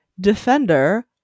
defender